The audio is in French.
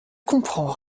comprends